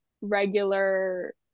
regular